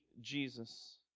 Jesus